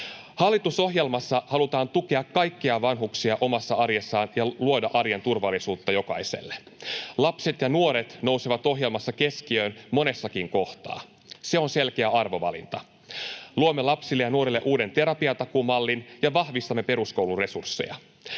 Hallitusohjelmassa halutaan tukea kaikkia vanhuksia omassa arjessaan ja luoda arjen turvallisuutta jokaiselle. Lapset ja nuoret nousevat ohjelmassa keskiöön monessakin kohtaa. Se on selkeä arvovalinta. Luomme lapsille ja nuorille uuden terapiatakuumallin, ja vahvistamme peruskoulun resursseja.